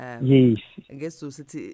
Yes